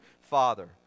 father